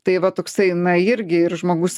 tai va toksai na irgi žmogus